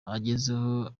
agezeho